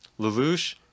Lelouch